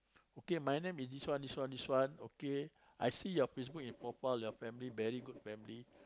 okay my name is this one this one this one okay I see your Facebook in profile your family very good family